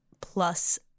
plus